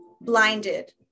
blinded